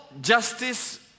justice